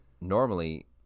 Normally